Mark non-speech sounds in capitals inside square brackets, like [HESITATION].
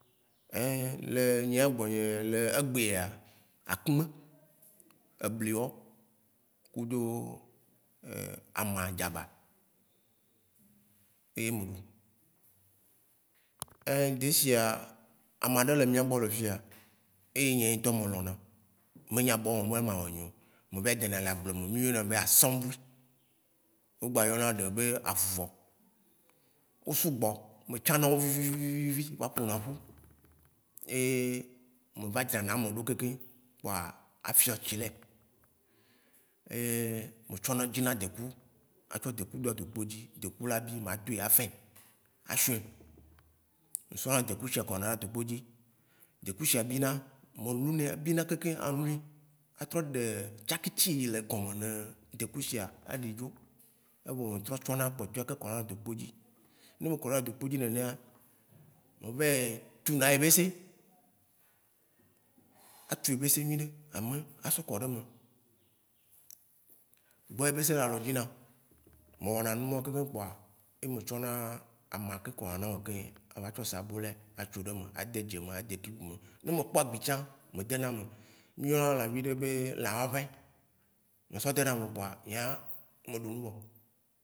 [HESITATION] le nyea gbɔnyea le egbea akũmɛ, ebli wɔ kudo [HESITATION] ama dzaba eye me ɖu. Ɛ desia, ama ɖe le miagbɔ le fiyea eye nyĩ ŋtɔ me lɔ̃na. Me nye abɔme be ama enyeo. Me va yi ɖĩnɛ le agble me o yɔnɛ be asɔ̃bui. O gba yɔna ɖe be aʋuvɔ. wo sugbɔ. Me tsãnawo vivivivi va ƒonaƒu. Eye, me va drana eme ɖo kekeŋ kpoa a fiɔtsilɛ. Eye, me tsona dzina deku, atsɔ deku ɖo adokpodzi, deku la bi, ma toe afĩ ashuĩ. Me sɔna dekutsia kɔna ɖe adokpo dzi. Dekutsia bina me lunɛ, a bi kekeŋ a lui. A trɔ ɖe tsakitsi yi le gɔ̃me ne dekutsia, a ɖe dzo. Evɔ me trɔ tsɔna kpɔtea ke kɔna ɖo adokpodzi. Ne me kɔe ɖo adokpodzi nenea, me va yi tsuna ebese, a tsu ebese nyuiɖe a me, a sɔ kɔɖedze eme. Gbɔyebesea le alɔdzi nam. Me wɔna numawo kekeŋ kpoa ye me tsɔna ama keŋ a kɔna ɖe eme keŋ, a va tsɔ sabulɛ a tso ɖeme. A de dze eme, a de kub, ne me kpɔ agbitsã me dena eme. Mi yɔna lãviɖe be, lãʋeʋe me sɔ dena me kpoa nyea me ɖunu vɔ.